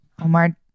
Omar